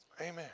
Amen